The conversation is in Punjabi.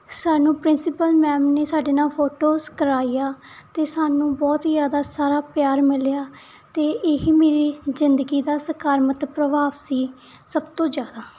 ਸਾਨੂੰ ਪ੍ਰਿੰਸੀਪਲ ਮੈਮ ਨੇ ਸਾਡੇ ਨਾਲ ਫੋਟੋਜ ਕਰਵਾਈਆ ਅਤੇ ਸਾਨੂੰ ਬਹੁਤ ਹੀ ਜ਼ਿਆਦਾ ਸਾਰਾ ਪਿਆਰ ਮਿਲਿਆ ਅਤੇ ਇਹ ਹੀ ਮੇਰੇ ਜ਼ਿੰਦਗੀ ਦਾ ਸਕਾਰਾਮਤ ਪ੍ਰਭਾਵ ਸੀ ਸਭ ਤੋਂ ਜ਼ਿਆਦਾ